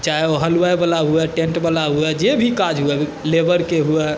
चाहे ओ हलुवाइवला हुअए टेन्टवला हुअए जे भी काज हुवअए लेबरके हुअए